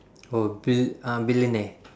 oh bil~ ah billionaire